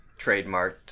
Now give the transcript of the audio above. trademarked